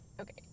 Okay